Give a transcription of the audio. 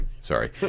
sorry